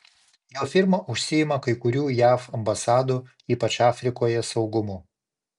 jo firma užsiima kai kurių jav ambasadų ypač afrikoje saugumu